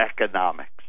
economics